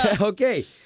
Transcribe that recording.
Okay